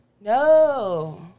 No